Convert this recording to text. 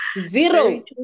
Zero